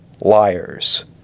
liars